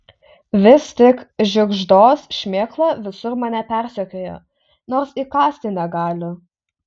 vis tik žiugždos šmėkla visur mane persekioja nors įkąsti negali